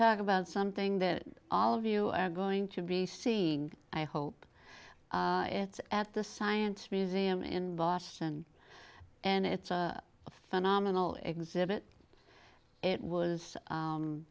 talk about something that all of you are going to be seeing i hope it's at the science museum in boston and it's a phenomenal exhibit it was